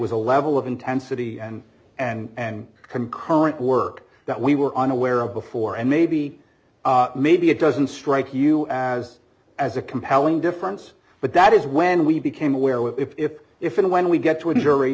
was a level of intensity and and concurrent work that we were unaware of before and maybe maybe it doesn't strike you as as a compelling difference but that is when we became aware what if if and when we get to a jury